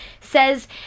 says